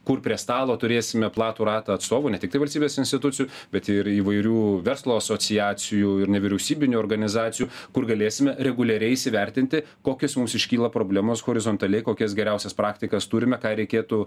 kur prie stalo turėsime platų ratą atstovų ne tiktai valstybės institucijų bet ir įvairių verslo asociacijų ir nevyriausybinių organizacijų kur galėsime reguliariai įsivertinti kokios mums iškyla problemas horizontaliai kokias geriausias praktikas turime ką reikėtų